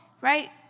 Right